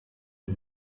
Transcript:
sie